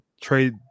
trade